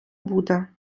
буде